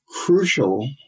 crucial